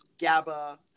GABA